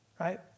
right